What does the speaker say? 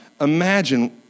imagine